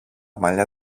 μαλλιά